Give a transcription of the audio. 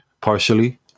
partially